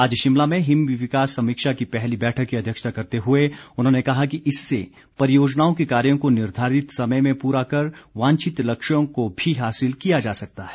आज शिमला में हिम विकास समीक्षा की पहली बैठक की अध्यक्षता करते हुए उन्होंने कहा कि इससे परियोजनाओं के कार्यों को निर्धारित समय में पूरा कर वांछित लक्ष्यों को भी हासिल किया जा सकता है